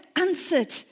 answered